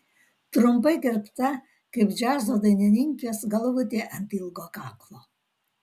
trumpai kirpta kaip džiazo dainininkės galvutė ant ilgo kaklo